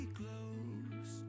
close